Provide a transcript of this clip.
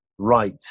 right